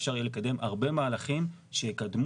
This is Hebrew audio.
אפשר יהיה לקדם הרבה מהלכים שיקדמו